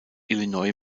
illinois